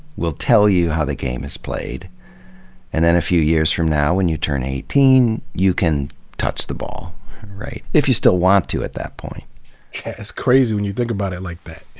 we'll tell you how the game is played and then a few years from now, when you turn eighteen, you can touch the ball if you still want to at that point yeah, it's crazy when you think about it like that.